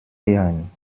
ehren